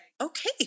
okay